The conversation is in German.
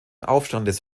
aufstandes